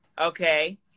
okay